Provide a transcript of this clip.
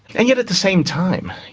and yet at the same time,